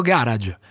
Garage